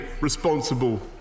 responsible